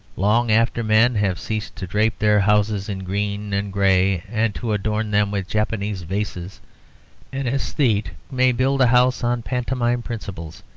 long after men have ceased to drape their houses in green and gray and to adorn them with japanese vases, an aesthete may build a house on pantomime principles,